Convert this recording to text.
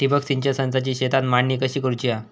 ठिबक सिंचन संचाची शेतात मांडणी कशी करुची हा?